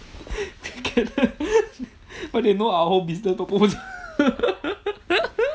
but they know our whole business proposal